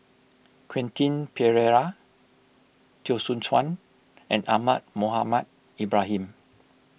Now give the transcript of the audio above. Quentin Pereira Teo Soon Chuan and Ahmad Mohamed Ibrahim